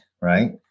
Right